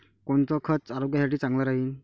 कोनचं खत आरोग्यासाठी चांगलं राहीन?